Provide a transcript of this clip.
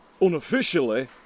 Unofficially